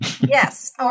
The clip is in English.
Yes